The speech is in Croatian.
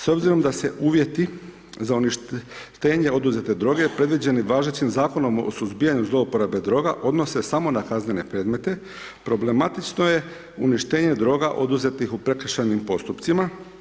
S obzirom da se uvjeti za … oduzete droge, predviđen važećim Zakonom o suzbijanju zlouporabe droga, odnose samo na kaznene predmete, problematično je uništenje droga oduzetih u prekršajnim postupcima.